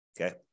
okay